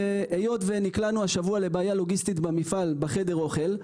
היות ונקלענו השבוע לבעיה לוגיסטית במפעל בחדר אוכל,